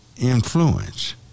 influence